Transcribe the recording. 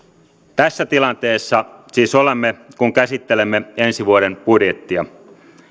tässä tilanteessa siis olemme kun käsittelemme ensi vuoden budjettia